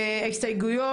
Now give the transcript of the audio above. ההסתייגויות.